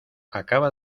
acaba